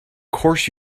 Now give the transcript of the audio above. course